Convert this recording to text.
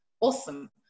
awesome